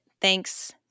thanks